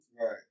Right